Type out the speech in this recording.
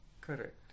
Correct